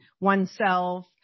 oneself